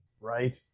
Right